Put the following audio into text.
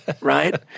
Right